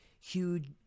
huge